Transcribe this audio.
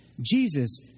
Jesus